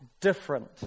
different